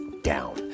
down